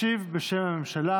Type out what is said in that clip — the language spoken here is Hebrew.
ישיב בשם הממשלה